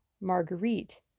Marguerite